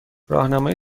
راهنمای